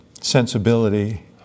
sensibility